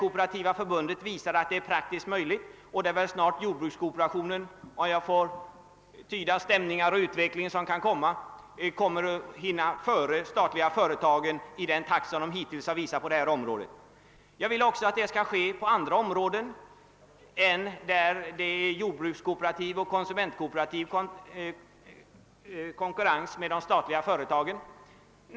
Kooperativa förbundet har visat att det är möjligt, och om jag tyder stämningar och uttalanden rätt kommer jordbrukskooperationen också att hinna före de statliga företagen. Jag vill emel lertid att denna utveckling skall äga rum också på andra områden än där jordbrukskooperativa och konsumentkooperativa företag konkurrerar med statliga företag.